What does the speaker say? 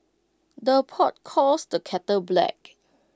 the pot calls the kettle black